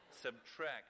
subtract